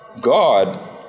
God